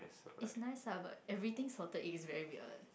it's nice lah but everything salted egg is very weird